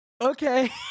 Okay